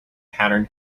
pattern